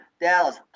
Dallas